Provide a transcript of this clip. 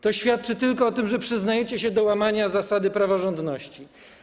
To świadczy tylko o tym, że przyznajecie się do łamania zasady praworządności.